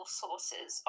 sources